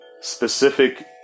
specific